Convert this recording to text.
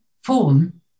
form